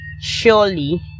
surely